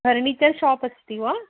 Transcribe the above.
furniture shop अस्ति वा